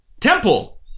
Temple